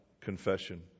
confession